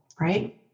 right